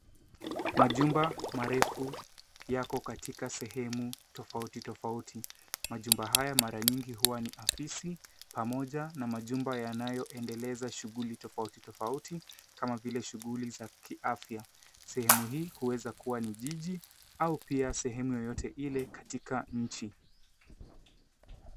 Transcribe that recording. Majumba marefu yako katika sehemu tofauti, tofauti. Majumba haya mara nyingi huwa ni ofisi pamoja na majumba yanayoendeleza shughuli tofauti, tofauti, kama vile shughuli za kiafya. Sehemu hii huweza kuwa ni jiji au pia sehemu yoyote ile katika nchi.